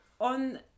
on